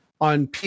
on